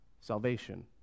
salvation